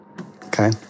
Okay